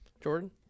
jordan